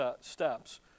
steps